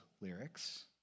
lyrics